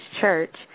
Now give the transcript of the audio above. Church